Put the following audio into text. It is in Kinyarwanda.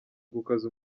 gukaza